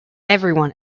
everyone